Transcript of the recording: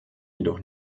jedoch